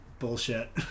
bullshit